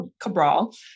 Cabral